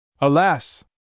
Alas